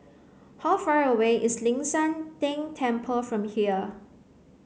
how far away is Ling San Teng Temple from here